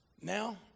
Now